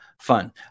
fun